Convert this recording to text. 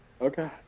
Okay